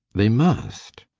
they must.